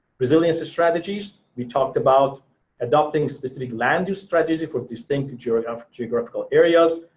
resiliency strategies, we talked about adopting specific land use strategies for distinct geographical geographical areas,